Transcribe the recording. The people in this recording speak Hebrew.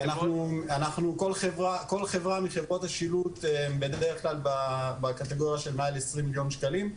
כי כל חברה מחברות השילוט בדרך כלל בקטגוריה של מעל 20 מיליון שקלים.